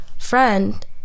Friend